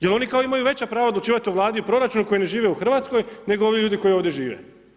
Jer oni kao imaju veća prava odlučivati o Vladi i proračunu koji ne žive u Hrvatskoj nego ovi ljudi koji ovdje žive.